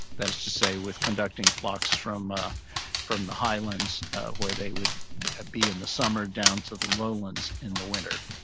that is to say with conducting flocks from ah from the highlands where they would be in the summer down to the lowlands in the winter.